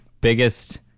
biggest